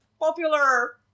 popular